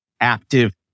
active